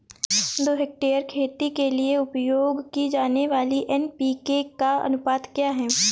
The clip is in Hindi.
दो हेक्टेयर खेती के लिए उपयोग की जाने वाली एन.पी.के का अनुपात क्या है?